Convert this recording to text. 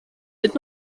did